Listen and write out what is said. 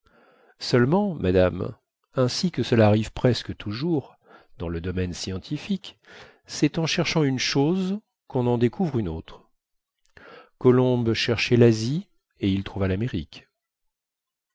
seulement madame ainsi que cela arrive presque toujours dans le domaine scientifique c'est en cherchant une chose qu'on en découvre une autre colomb cherchait l'asie et il trouva l'amérique